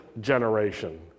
generation